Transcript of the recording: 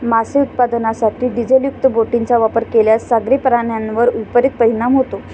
मासे उत्पादनासाठी डिझेलयुक्त बोटींचा वापर केल्यास सागरी प्राण्यांवर विपरीत परिणाम होतो